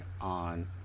on